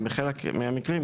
בחלק מהמקרים,